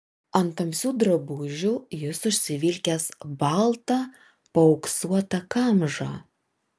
ant tamsių drabužių jis užsivilkęs baltą paauksuotą kamžą